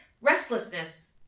restlessness